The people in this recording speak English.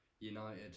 United